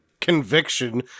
Conviction